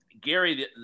Gary